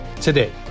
Today